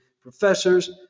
professors